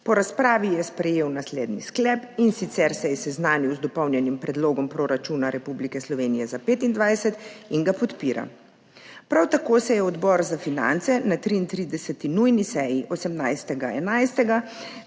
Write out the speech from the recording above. Po razpravi je sprejel naslednji sklep, in sicer se je seznanil z dopolnjenim predlogom proračuna Republike Slovenije za 2025 in ga podpira. Prav tako je Odbor za finance na 33. nujni seji 18. 11.